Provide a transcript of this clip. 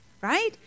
Right